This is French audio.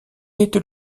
était